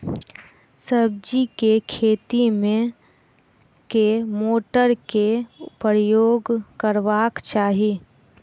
सब्जी केँ खेती मे केँ मोटर केँ प्रयोग करबाक चाहि?